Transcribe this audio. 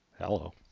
hello